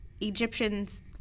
Egyptians